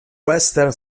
western